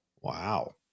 wow